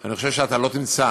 אני חושב שאתה לא תמצא